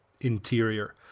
interior